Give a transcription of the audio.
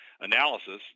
analysis